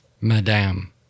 madame